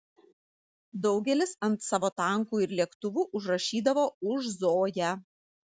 daugelis ant savo tankų ir lėktuvų užrašydavo už zoją